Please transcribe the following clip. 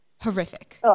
Horrific